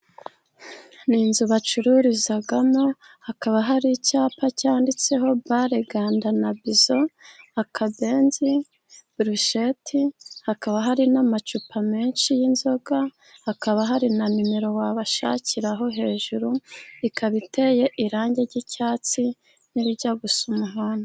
Ni inzu bacururizamo hakaba hari icyapa cyanditseho Bare Nganda na Biso, akabenzi, burusheti, hakaba hari n'amacupa menshi y'inzoga, hakaba hari na numero wabashakiraho. Hejuru ikaba iteye irangi ry'icyatsi n'irijya gusa umuhondo.